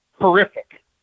horrific